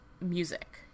music